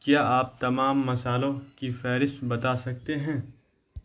کیا آپ تمام مصالحوں کی فہرست بتا سکتے ہیں